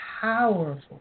powerful